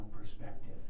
perspective